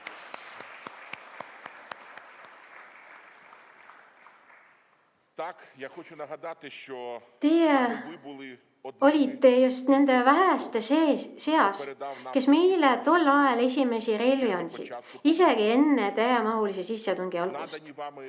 Teie olite just nende väheste seas, kes meile tol ajal esimesi relvi andsid, isegi enne täiemahulise sissetungi algust.